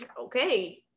okay